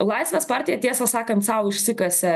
laisvės partija tiesą sakant sau išsikasė